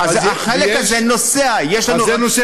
אז החלק הזה נוסע, יש לנו,